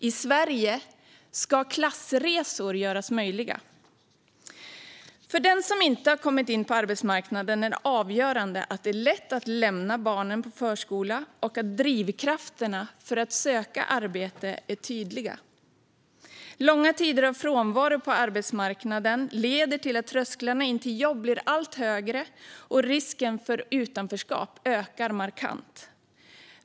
I Sverige ska klassresor göras möjliga. För den som inte har kommit in på arbetsmarknaden är det avgörande att det är lätt att lämna barnen på förskola och att drivkrafterna för att söka arbete är tydliga. Långa tider av frånvaro på arbetsmarknaden leder till att trösklarna in till jobb blir allt högre, och risken för utanförskap ökar markant.